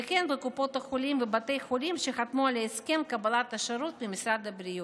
וכן בקופות החולים ובתי חולים שחתמו על הסכם קבלת השירות ממשרד הבריאות.